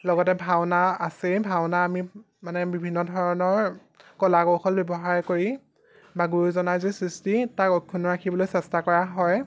লগতে ভাওনা আছেই ভাওনা আমি মানে বিভিন্ন ধৰণৰ কলা কৌশল ব্যৱহাৰ কৰি বা গুৰুজনাৰ যি সৃষ্টি তাক অক্ষুণ্ণ ৰাখিবলৈ চেষ্টা কৰা হয়